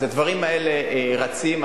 אז הדברים האלה רצים.